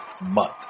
month